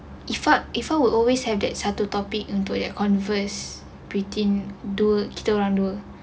iffa iffa will always have that satu topic untuk ya converse within dua kita orang dua